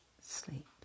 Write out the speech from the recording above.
sleep